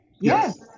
yes